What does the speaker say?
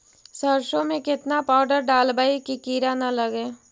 सरसों में केतना पाउडर डालबइ कि किड़ा न लगे?